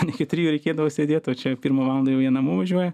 ten iki trijų reikėdavo sėdėt o čia pirmą valandą jau jie namo važiuoja